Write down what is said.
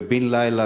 ובן-לילה,